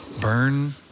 Burn